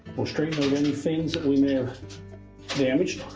we'll straighten out any things that we may have damaged.